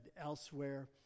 elsewhere